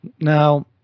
Now